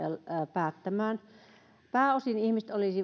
päättämään pääosin ihmiset olivat